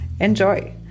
Enjoy